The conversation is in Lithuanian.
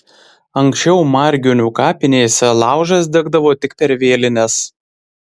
anksčiau margionių kapinėse laužas degdavo tik per vėlines